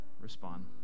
respond